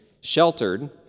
Sheltered